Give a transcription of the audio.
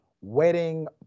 wedding